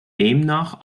demnach